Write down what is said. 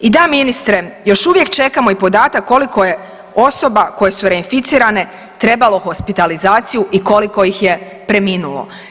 I da ministre još uvijek čekamo i podatak koliko je osoba koje su reinficirane trebalo hospitalizaciju i koliko ih je preminulo.